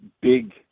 big